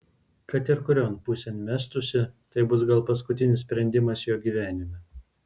kad ir kurion pusėn mestųsi tai bus gal paskutinis sprendimas jo gyvenime